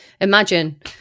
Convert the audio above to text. Imagine